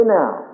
now